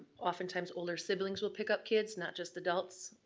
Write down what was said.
oftentimes, older siblings will pick up kids, not just adults.